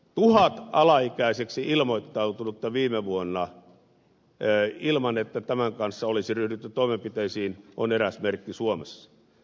tuhat alaikäiseksi ilmoittautunutta viime vuonna ilman että tämän kanssa olisi ryhdytty toimenpiteisiin on eräs merkki suomessa